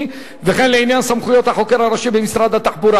וכן לעניין סמכויות החוקר הראשי במשרד התחבורה